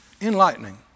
enlightening